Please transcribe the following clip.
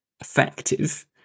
effective